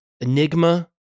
Enigma